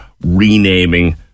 renaming